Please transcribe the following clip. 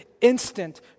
instant